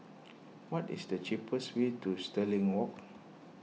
what is the cheapest way to Stirling Walk